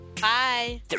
Bye